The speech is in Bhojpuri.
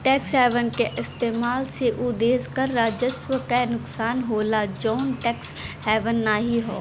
टैक्स हेवन क इस्तेमाल से उ देश के कर राजस्व क नुकसान होला जौन टैक्स हेवन नाहीं हौ